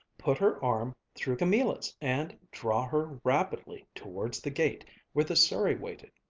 put her arm through camilla's and draw her rapidly towards the gate where the surrey waited.